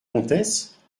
comtesse